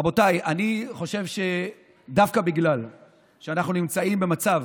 רבותיי, אני חושב שדווקא בגלל שאנחנו נמצאים במצב